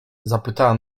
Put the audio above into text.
zapytała